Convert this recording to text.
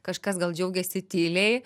kažkas gal džiaugiasi tyliai